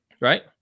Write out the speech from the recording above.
right